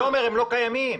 הם לא קיימים.